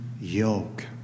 yoke